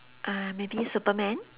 uh maybe superman